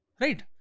Right